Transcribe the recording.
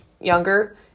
younger